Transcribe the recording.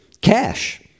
Cash